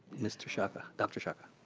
mr. shaka. dr. shaka.